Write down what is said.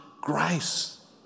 grace